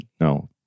no